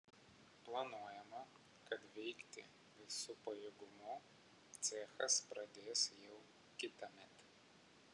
planuojama kad veikti visu pajėgumu cechas pradės jau kitąmet